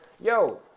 Yo